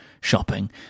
shopping